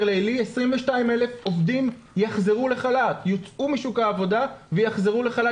לילי 22,000 עובדים יוצאו משוק העבודה ויוצאו לחל"ת,